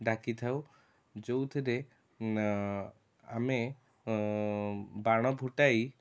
ଡାକିଥାଉ ଯେଉଁଥିରେ ଆମେ ବାଣ ଫୁଟାଈ